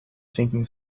thinking